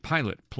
Pilot